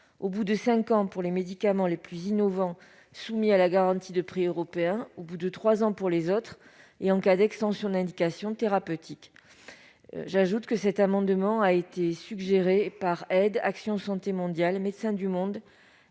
au bout de cinq ans pour les médicaments les plus innovants soumis à la garantie de prix européen, au bout de trois ans pour les autres, et en cas d'extension d'indication thérapeutique. J'ajoute que cet amendement a été suggéré par Aides, Action Santé Mondiale, Médecins du Monde,